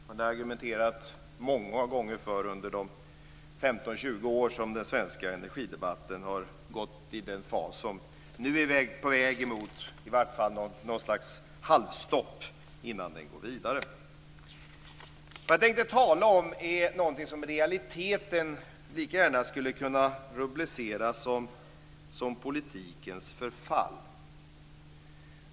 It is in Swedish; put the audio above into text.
Det har jag argumenterat för många gånger förr under de 15-20 år som den svenska energidebatten har gått i den fas som nu i vart fall är på väg till något slags halvstopp innan den går vidare. Vad jag tänkte tala om är något som i realiteten lika gärna kunde rubriceras som politikens förfall.